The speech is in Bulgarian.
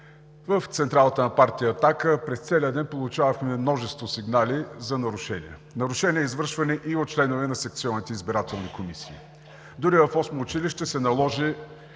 в централата на партия „Атака“ през целия ден получавахме множество сигнали за нарушения – нарушения, извършвани и от членове на секционните избирателни комисии. Дори в Осмо училище се наложи